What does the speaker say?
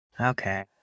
Okay